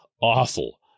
awful